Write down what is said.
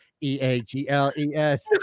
E-A-G-L-E-S